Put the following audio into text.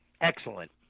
Excellent